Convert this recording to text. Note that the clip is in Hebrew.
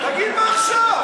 תגיד מה עכשיו.